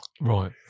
Right